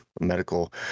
medical